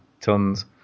tons